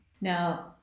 Now